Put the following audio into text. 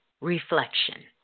reflection